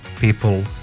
people